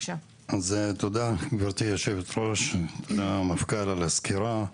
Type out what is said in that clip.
תודה גברתי יושבת הראש, תודה למפכ"ל על הסקירה.